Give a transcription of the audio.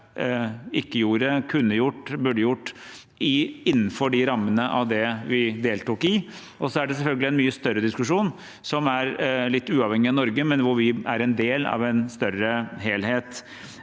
ikke gjorde, kunne gjort og burde gjort, innenfor rammene av det vi deltok i. Det er selvfølgelig også en mye større diskusjon som er litt uavhengig av Norge, men hvor vi er en del av en større helhet.